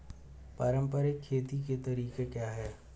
पारंपरिक खेती के तरीके क्या हैं?